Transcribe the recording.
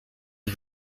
des